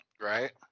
Right